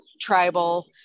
Tribal